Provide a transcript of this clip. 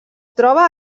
troba